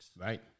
Right